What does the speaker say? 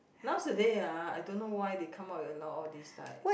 nowadays ah I don't know why they come out with a lot of all this type